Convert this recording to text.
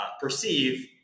perceive